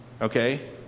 okay